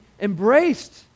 embraced